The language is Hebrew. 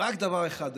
רק דבר אחד היום,